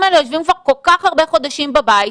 האלה יושבים כבר כל כך הרבה חודשים בבית,